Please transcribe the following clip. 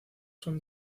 son